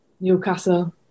Newcastle